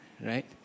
right